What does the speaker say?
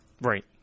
Right